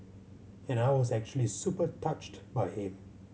and I was actually super touched by him